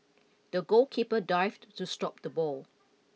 the goalkeeper dived to stop the ball